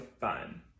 fun